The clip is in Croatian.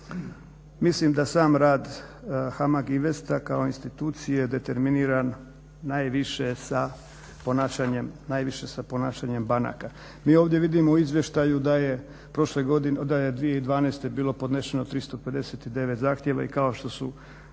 mislim da sam rad HAMAG INVEST-a kao institucije determiniran najviše sa ponašanjem banaka. Mi ovdje vidimo u izvještaju da je 2012. bilo podnešeno 359 zahtjeva i kao što je